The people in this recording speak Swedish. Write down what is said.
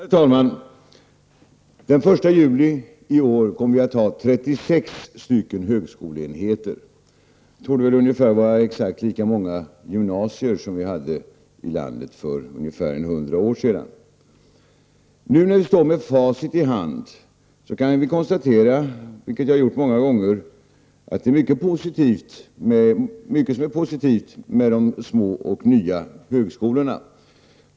Herr talman! Den 1 juli i år kommer vi att ha 36 högskoleenheter. Det var väl ungefär så många gymnasier vi hade i landet för 100 år sedan. Nu när vi står med facit i hand kan vi konstatera, såsom jag gjort många gånger, att det är mycket som är positivt med de små och nya högskolorna.